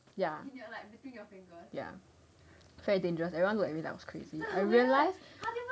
ya ya very dangerous everyone look at me thought I was crazy I realise